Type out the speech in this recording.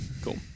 Cool